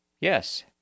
Yes